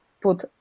put